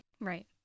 Right